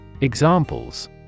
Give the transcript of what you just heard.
Examples